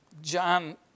John